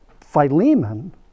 Philemon